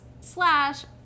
slash